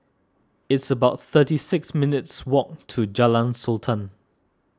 it's about thirty six minutes' walk to Jalan Sultan